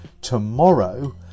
tomorrow